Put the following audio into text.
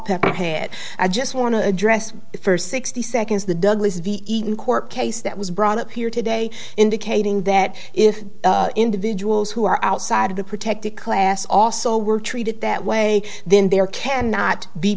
peppa had i just want to address for sixty seconds the douglas v eaton court case that was brought up here today indicating that if individuals who are outside of the protected class also were treated that way then there cannot be